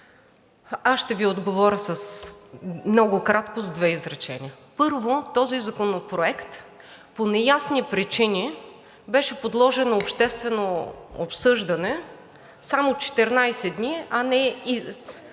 Аз ще Ви отговоря много кратко с две изречения. Първо, този законопроект по неясни причини беше подложен на обществено обсъждане само 14 дни, а не